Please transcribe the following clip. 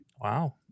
Wow